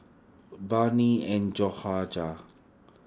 Barney and Jahorja